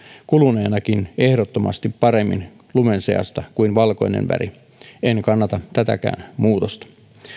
kuluneenakin ehdottomasti paremmin lumen seasta kuin valkoinen väri en kannata tätäkään muutosta